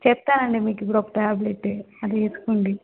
చెప్తానండి మీకు ఇప్పుడు ఒక టాబ్లెట్టు అది వేసుకోండి